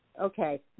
Okay